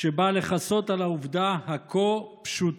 שבאה לכסות על העובדה הכה-פשוטה